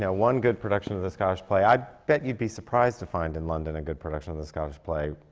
yeah one good production of the scottish play i bet you'd be surprised to find in london a good production of the scottish play